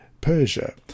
Persia